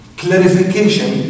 clarification